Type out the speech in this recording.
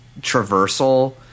traversal